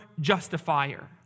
justifier